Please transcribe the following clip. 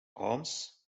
arms